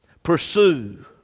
Pursue